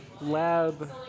lab